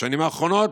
בשנים האחרונות,